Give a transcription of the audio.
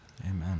Amen